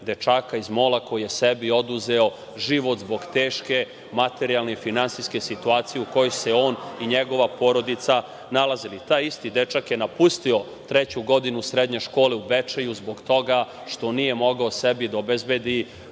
dečaka iz Mola koji je sebi oduzeo život zbog teške materijalne i finansijske situacije u kojoj su se on i njegova porodica nalazili. Ta isti dečak je napustio treću godinu srednje škole u Bečeju, zbog toga što nije mogao sebi da obezbedi